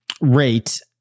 rate